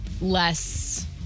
less